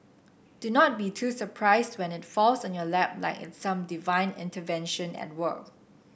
do not be too surprised when it falls on your lap like it's some divine intervention at work